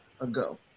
ago